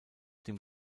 dem